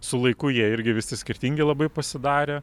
su laiku jie irgi visi skirtingi labai pasidarė